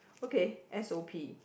okay S_O_P